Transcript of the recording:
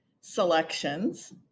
selections